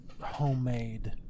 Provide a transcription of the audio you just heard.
Homemade